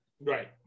Right